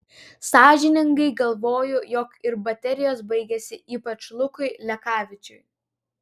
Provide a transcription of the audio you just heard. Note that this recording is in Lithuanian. sąžiningai galvoju jog ir baterijos baigėsi ypač lukui lekavičiui